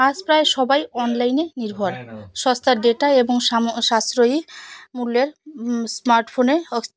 আজ প্রায় সবাই অনলাইনে নির্ভর সস্তার ডেটা এবং সাশ্রয়ী মূল্যের স্মার্টফোনে